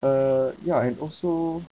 uh ya and also